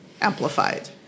amplified